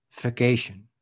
vacation